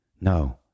no